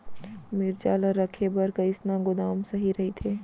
मिरचा ला रखे बर कईसना गोदाम सही रइथे?